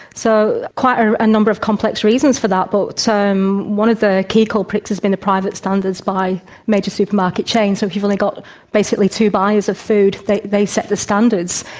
so, quite um a number of complex reasons for that, but one of the key culprits has been the private standards by major supermarket chains. so if you've only got basically two buyers of food they they set the standards,